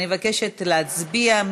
אני מבקשת להצביע.